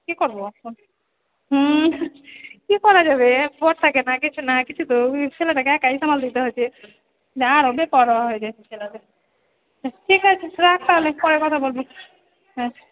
কী করবো এখন হুম কী করা যাবে বর থাকে না কিছু না কিছু তো ছেলেটাকে একাই সামাল দিতে হয়েছে যা আর হবে পরোয়া হয়ে গেছে ছেলেদের ঠিক আছে রাখ তাহলে পরে কথা বলবো হ্যাঁ